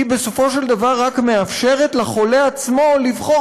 היא בסופו של דבר רק מאפשרת לחולה עצמו לבחור